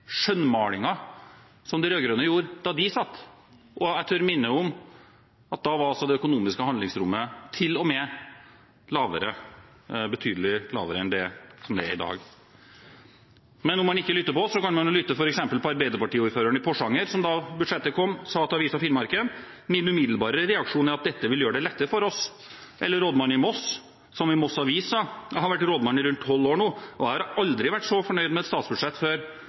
som de rød-grønne gjorde da de satt – og jeg tør minne om at da var det økonomiske handlingsrommet til og med mindre, betydelig mindre, enn det som det er i dag. Om man ikke lytter til oss, kan man lytte til f.eks. arbeiderpartiordføreren i Porsanger, som da budsjettet kom, sa til avisen Finnmark Dagblad: «Min umiddelbare reaksjon er at dette vil gjøre det lettere for oss». Eller man kan lytte til rådmannen i Moss, som i Moss Dagblad sa: «Jeg har vært rådmann i rundt 12 år nå, og jeg har aldri vært så fornøyd med et statsbudsjett før.»